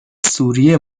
سوریه